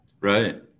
right